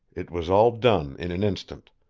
it was all done in an instant.